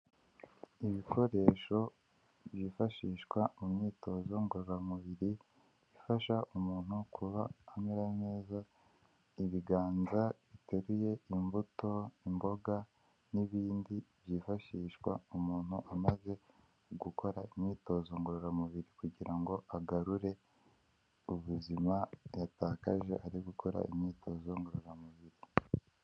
Ibikoresho byifashishwa mu myitozo ngororamubiri ifasha umuntu kuba amera neza ibiganza ibiteruye imbuto, imboga, n'ibindi byifashishwa umuntu amaze gukora imyitozo ngororamubiri kugira ngo agarure ubuzima yatakaje ari gukora imyitozo ngororamubiri.